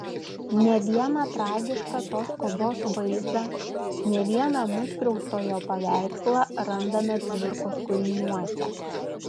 ne vieną tragišką tos kovos vaizdą ne vieną nuskriaustojo paveikslą randame cvirkos kūriniuose